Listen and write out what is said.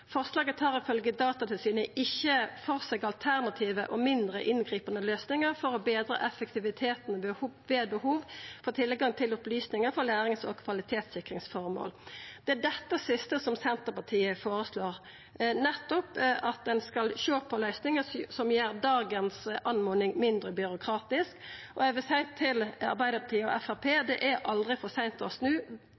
Forslaget tar, ifølgje Datatilsynet, ikkje for seg alternative og mindre inngripande løysingar for å betra effektiviteten ved behov for tilgang til opplysningar til lærings- og kvalitetssikringsformål. Det er dette siste Senterpartiet føreslår, nettopp at ein skal sjå på løysingar som gjer dagens oppmoding mindre byråkratisk. Eg vil seia til Arbeidarpartiet og